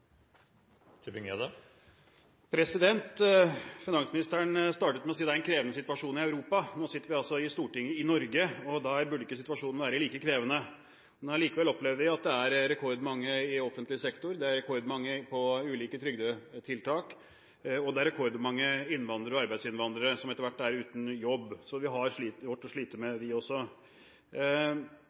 er en krevende situasjon i Europa. Vi sitter i Stortinget i Norge, og da burde ikke situasjonen være like krevende. Likevel opplever vi at det er rekordmange i offentlig sektor. Det er rekordmange på ulike trygdetiltak, og det er rekordmange innvandrere og arbeidsinnvandrere som etter hvert er uten jobb. Så vi har vårt å slite med, vi også.